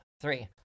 three